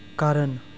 ਕਰਨ